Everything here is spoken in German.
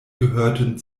gehörten